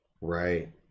right